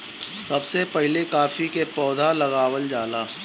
सबसे पहिले काफी के पौधा लगावल जाला